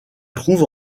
trouve